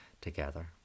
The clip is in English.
together